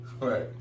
Right